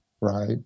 right